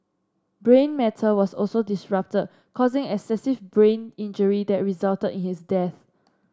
brain matter was also disrupted causing excessive brain injury that resulted in his death